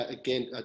again